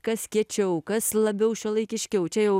kas kiečiau kas labiau šiuolaikiškiau čia jau